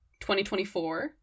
2024